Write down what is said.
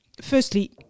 firstly